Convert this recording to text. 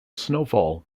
snowfall